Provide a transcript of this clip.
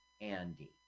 Andy